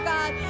God